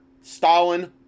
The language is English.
stalin